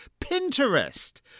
Pinterest